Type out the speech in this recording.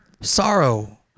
sorrow